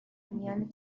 میان